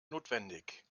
notwendig